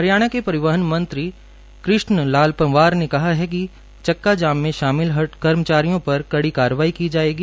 हरियाणा के परिवहन मंत्री कृष्णलाल पंवार ने कहा कि चक्काजाम में शामिल हड़ताली कर्मचारियों पर कड़ी कार्रवाई की जायेगी